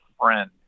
friend